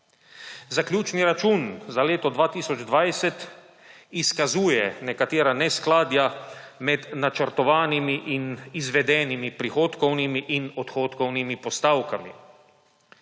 Zaključni račun za leto 2020 izkazuje nekatera neskladja med načrtovanimi in izvedenimi prihodkovnimi in odhodkovnimi postavkami.